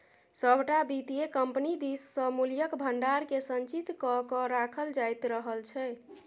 सभटा वित्तीय कम्पनी दिससँ मूल्यक भंडारकेँ संचित क कए राखल जाइत रहल छै